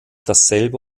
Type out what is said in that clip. dasselbe